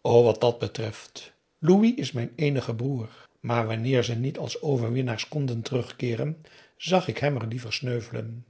o wat dat betreft louis is mijn eenige broer maar wanneer ze niet als overwinnaars konden terugkeeren zag ik hem er liever sneuvelen